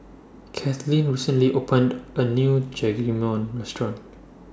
Cathleen recently opened A New Restaurant